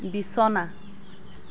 বিছনা